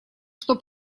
что